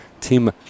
Tim